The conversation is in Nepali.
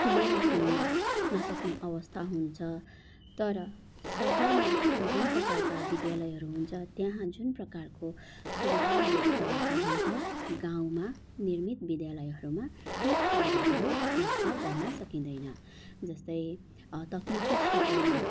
खुलेर हिँड्न नसक्ने अवस्था हुन्छ तर सहरमा जुन प्रकारका विद्यालयहरू हुन्छ त्यहाँ जुन प्रकारको सुविधाहरू उपलब्ध हुन्छ गाउँमा निर्मित विद्यालयहरूमा ती सुविधाहरू प्राप्त गर्न सकिँदैन जस्तै तक्निकी क्षेत्रमा